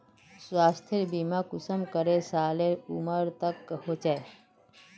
स्वास्थ्य बीमा कुंसम करे सालेर उमर तक होचए?